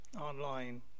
online